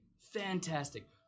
Fantastic